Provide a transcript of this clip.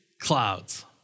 clouds